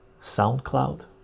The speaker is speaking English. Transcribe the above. soundcloud